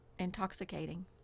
intoxicating